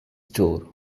door